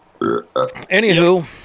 Anywho